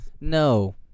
No